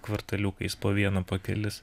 kvartaliukais po vieną po kelis